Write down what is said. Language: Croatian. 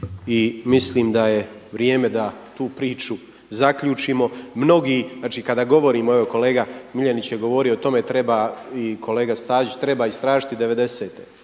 i mislim da je vrijeme da tu priču zaključimo. Znači kada govorimo, evo i kolega MIljenić je govorio o tome i kolega Stazić treba istražiti